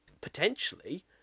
potentially